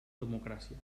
democràcia